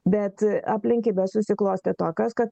bet aplinkybės susiklostė tokios kad